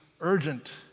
urgent